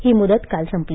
हि मुदत काल संपली